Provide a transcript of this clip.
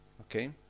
Okay